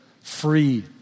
free